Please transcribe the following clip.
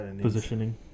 positioning